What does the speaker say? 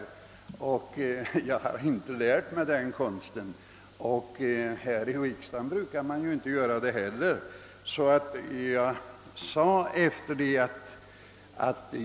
Den konsten har jag inte lärt mig, och här i riksdagen brukar man inte heller förfara på det sättet.